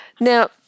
Now